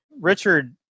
Richard